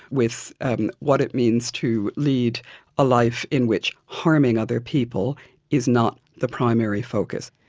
with and what it means to lead a life in which harming other people is not the primary focus.